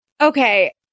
Okay